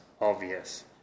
obvious